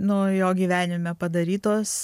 nu jo gyvenime padarytos